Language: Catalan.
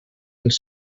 els